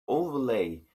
overlay